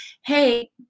hey